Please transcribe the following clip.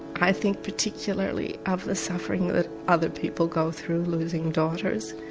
i think particularly of the suffering that other people go through losing daughters,